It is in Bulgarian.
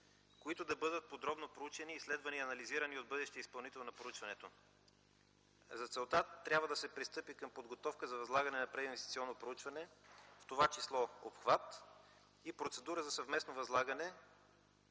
които да бъдат подробно проучени, изследвани и анализирани от бъдещия изпълнител на проучването. За целта трябва да се пристъпи към подготовка за възлагане на прединвестиционно проучване, в това число обхват и процедура за съвместно възлагане